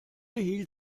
hielt